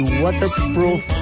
waterproof